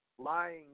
lying